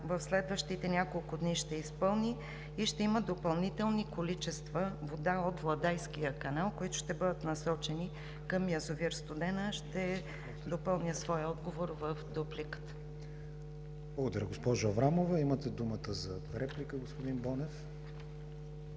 в следващите няколко дни ще изпълни и ще има допълнителни количества вода от Владайския канал, които ще бъдат насочени към язовир „Студена“. Ще допълня своя отговор в дупликата. ПРЕДСЕДАТЕЛ КРИСТИАН ВИГЕНИН: Благодаря, госпожо Аврамова. Имате думата за реплика, господин Бонев.